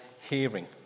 hearing